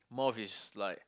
more of his like